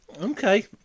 Okay